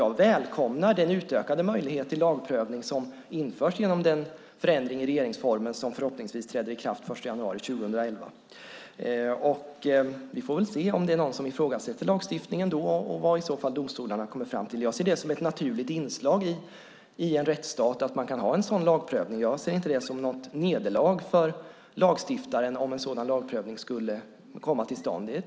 Jag välkomnar den utökade möjlighet till lagprövning som införts genom den förändring i regeringsformen som förhoppningsvis träder i kraft den 1 januari 2011. Vi får väl se om någon ifrågasätter lagstiftningen då och vad domstolarna i så fall kommer fram till. Jag ser det som ett naturligt inslag i en rättsstat att man kan ha en sådan lagprövning; jag ser det inte som ett nederlag för lagstiftaren om en sådan lagprövning skulle komma till stånd.